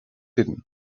hidden